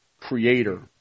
Creator